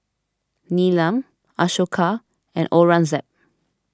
Neelam Ashoka and Aurangzeb